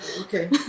Okay